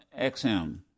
XM